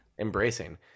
Embracing